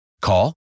Call